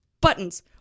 Buttons